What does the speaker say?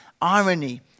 irony